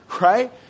right